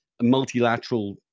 multilateral